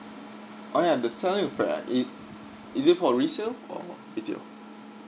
oh ya the selling flat it's is it for resale or B_T_O